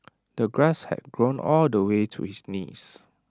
the grass had grown all the way to his knees